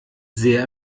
sehr